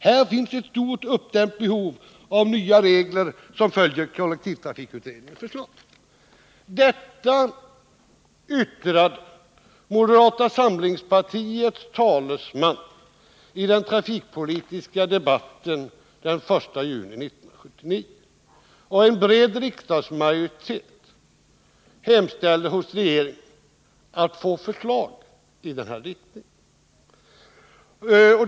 Här finns ett stort uppdämt behov av nya regler som följer kollektivtrafikutredningens förslag.” Detta yttrade moderata samlingspartiets talesman i den trafikpolitiska debatten den 1 juni 1979. Och en bred riksdagsmajoritet hemställde hos regeringen att få förslag i den här riktningen.